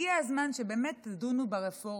הגיע הזמן שבאמת תדונו ברפורמה,